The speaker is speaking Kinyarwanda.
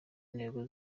intego